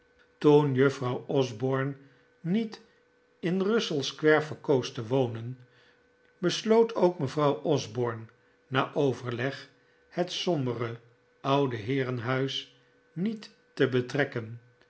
toen juffrouw osborne niet in russell square verkoos te wonen besloot ook mevrouw osborne na overleg het sombere oude heerenhuis niet te betrekken